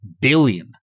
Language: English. billion